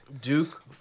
Duke